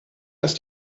ist